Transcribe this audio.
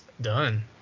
done